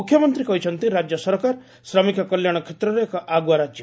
ମୁଖ୍ୟମନ୍ତୀ କହିଛନ୍ତି ରାକ୍ୟ ସରକାର ଶ୍ରମିକ କଲ୍ୟାଶ କ୍ଷେତ୍ରରେ ଏକ ଆଗୁଆ ରାଜ୍ୟ